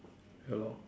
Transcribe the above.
ya lor